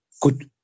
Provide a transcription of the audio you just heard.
good